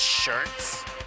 shirts